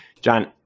John